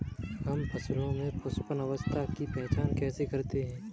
हम फसलों में पुष्पन अवस्था की पहचान कैसे करते हैं?